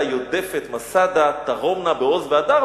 "ביתר הנלכדה / יודפת, מסדה / תרומנה בעוז והדר".